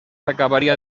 acabaria